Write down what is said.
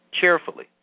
cheerfully